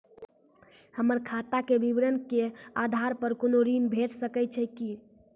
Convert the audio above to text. हमर खाता के विवरण के आधार प कुनू ऋण भेट सकै छै की?